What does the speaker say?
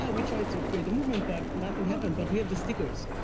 yeah we tried to create a movement, but nothing happened, but we have the stickers,